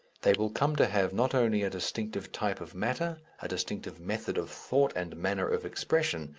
they will come to have not only a distinctive type of matter, a distinctive method of thought and manner of expression,